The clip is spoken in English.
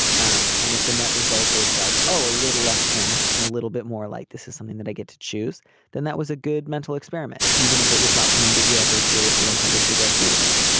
um and if the net result is like oh a little less panicked and a little bit more like this is something that i get to choose then that was a good mental experiment even if it was not something that you ever seriously intended to go through with